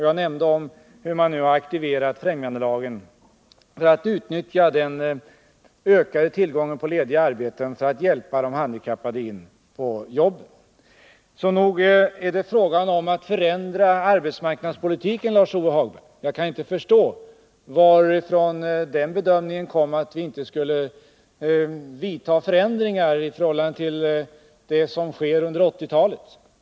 Jag nämnde också hur vi nu har aktiverat främjandelagen för att utnyttja den ökade tillgången till lediga arbeten för att hjälpa de handikappade till jobben. Nog är det fråga om att förändra arbetsmarknadspolitiken, Lars-Ove Hagberg. Jag kan inte förstå varifrån den bedömningen kommer att vi inte skulle vidta några förändringar inför det som sker under 1980-talet.